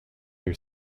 your